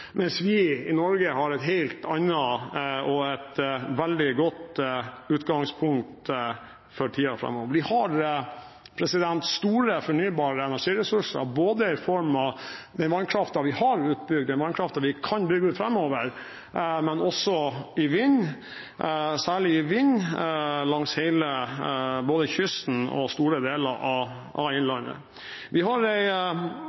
mens vi i Norge har et helt annet og veldig godt utgangspunkt for tiden framover. Vi har store fornybare energiressurser i form av den vannkraften vi har utbygd og den vannkraften vi kan bygge ut framover, men også i form av vind både langs hele kysten og i store deler av